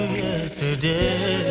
yesterday